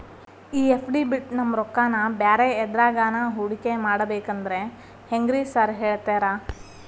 ಈ ಎಫ್.ಡಿ ಬಿಟ್ ನಮ್ ರೊಕ್ಕನಾ ಬ್ಯಾರೆ ಎದ್ರಾಗಾನ ಹೂಡಿಕೆ ಮಾಡಬೇಕಂದ್ರೆ ಹೆಂಗ್ರಿ ಸಾರ್ ಹೇಳ್ತೇರಾ?